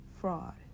fraud